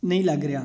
ਨਹੀਂ ਲੱਗ ਰਿਹਾ